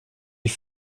die